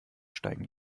steigen